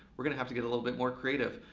we're gonna have to get a little bit more creative.